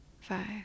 five